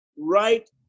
right